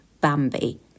Bambi